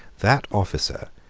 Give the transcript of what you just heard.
that officer,